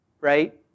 right